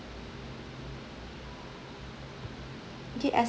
K as